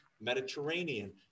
Mediterranean